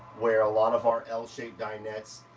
where a lot of our l shape dinettes,